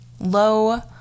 Low